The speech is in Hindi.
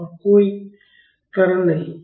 और कोई त्वरण नहीं है